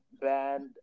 band